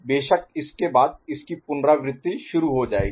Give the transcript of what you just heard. बेशक इसके बाद इसकी पुनरावृत्ति शुरू हो जाएगी